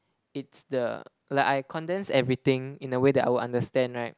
it's the like I condense everything in a way that I would understand right